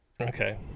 Okay